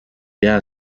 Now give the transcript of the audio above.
gains